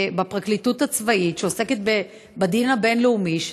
שעוסקת בדין הבין-לאומי בפרקליטות הצבאית,